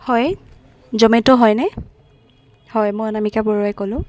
হয় জমেট' হয়নে হয় মই অনামিকা বৰুৱাই ক'লো